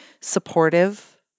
supportive